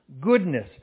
goodness